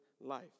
life